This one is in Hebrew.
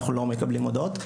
אנחנו לא מקבלים הודעות.